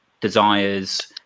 desires